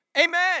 Amen